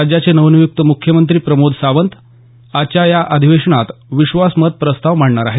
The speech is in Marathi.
राज्याचे नवनियुक्त मुख्यमंत्री प्रमोद सावंत आजच्या या अधिवेशनात विश्वासमत प्रस्ताव मांडणार आहेत